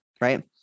right